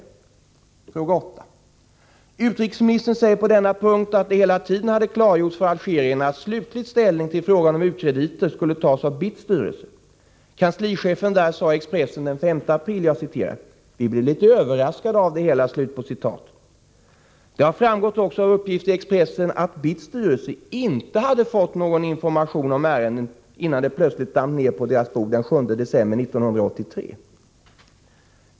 Fråga 8: Utrikesministern säger på denna punkt att det hela tiden hade klargjorts för algerierna att slutlig ställning till frågan om u-krediter skulle tas av BITS styrelse. Kanslichefen där sade i Expressen den 5 april: ”Vi blev litet överraskade av det hela.” Det har framgått också av uppgifter i Expressen att BITS styrelse inte hade fått någon information om ärendet innan det plötsligt damp ned på deras bord den 7 december 1983.